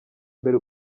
mbere